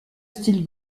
style